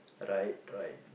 right right